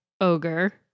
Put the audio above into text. ogre